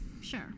Sure